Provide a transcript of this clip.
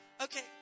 Okay